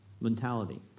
mentality